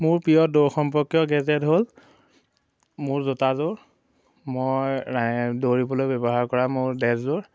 মোৰ প্ৰিয় দৌৰ সম্পৰ্কীয় গেজেট হ'ল মোৰ জোতাযোৰ মই ৰা দৌৰিবলৈ ব্যৱহাৰ কৰা মোৰ ড্ৰেজযোৰ